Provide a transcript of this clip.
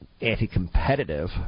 anti-competitive